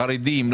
לחרדים,